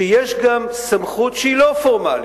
שיש גם סמכות שהיא לא פורמלית,